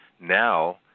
now